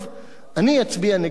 אני אצביע נגד המינוי שלו.